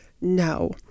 No